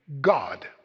God